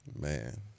Man